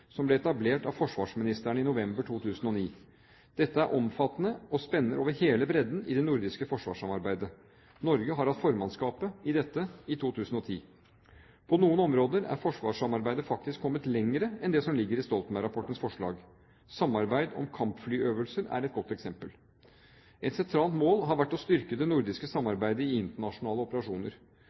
som ble etablert av forsvarsministrene i november 2009. Dette er omfattende og spenner over hele bredden i det nordiske forsvarssamarbeidet. Norge har hatt formannskapet i dette i 2010. På noen områder er forsvarssamarbeidet faktisk kommet lenger enn det som ligger i Stoltenberg-rapportens forslag. Samarbeid om kampflyøvelser er et godt eksempel. Et sentralt mål har vært å styrke det nordiske samarbeidet i internasjonale operasjoner.